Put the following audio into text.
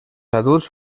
adults